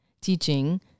teaching